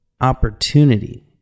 opportunity